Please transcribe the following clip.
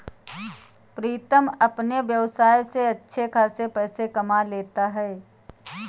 प्रीतम अपने व्यवसाय से अच्छे खासे पैसे कमा लेता है